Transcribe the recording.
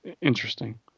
interesting